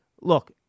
look